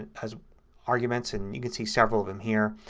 as arguments. and and you can see several of them here.